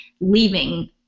leaving